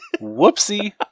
Whoopsie